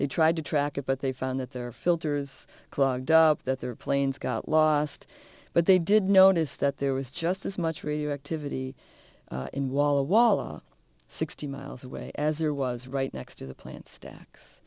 they tried to track it but they found that their filters clogged up that their planes got lost but they did notice that there was just as much radioactivity in walla walla sixty miles away as there was right next to the plant stacks